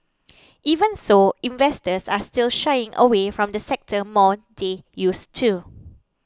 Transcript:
even so investors are still shying away from the sector more they used to